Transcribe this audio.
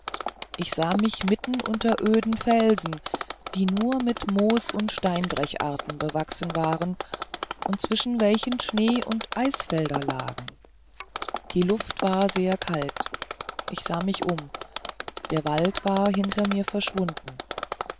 ich sah mich mitten unter öden felsen die nur mit moos und steinbrecharten bewachsen waren und zwischen welchen schnee und eisfelder lagen die luft war sehr kalt ich sah mich um der wald war hinter mir verschwunden